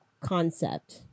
concept